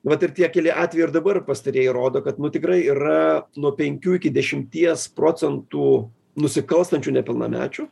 vat ir tie keli atvejai ir dabar pastarieji rodo kad nu tikrai yra nu penkių iki dešimties procentų nusikalstančių nepilnamečių